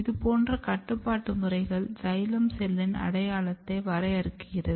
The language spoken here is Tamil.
இது போன்ற கட்டுப்பாட்டு முறைகள் சைலம் செல்லின் அடையாளத்தை வரையறுக்குகிறது